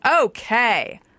Okay